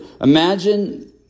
Imagine